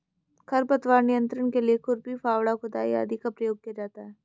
खरपतवार नियंत्रण के लिए खुरपी, फावड़ा, खुदाई आदि का प्रयोग किया जाता है